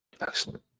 excellent